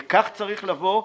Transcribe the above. לכך צריך לבוא.